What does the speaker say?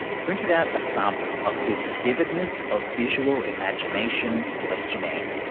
printed out a sample of this vividness of visual imagination questionnaire.